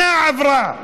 שנה עברה,